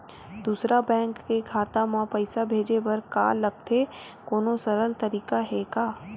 दूसरा बैंक के खाता मा पईसा भेजे बर का लगथे कोनो सरल तरीका हे का?